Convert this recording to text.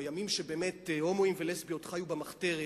בימים שבאמת הומואים ולסביות חיו במחתרת,